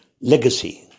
legacy